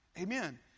Amen